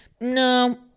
No